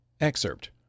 Excerpt